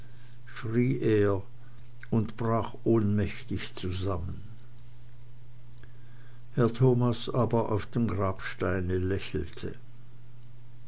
er und brach ohnmächtig zusammen herr thomas aber auf seinem grabsteine lächelte